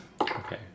Okay